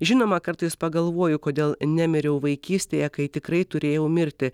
žinoma kartais pagalvoju kodėl nemiriau vaikystėje kai tikrai turėjau mirti